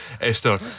Esther